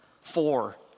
four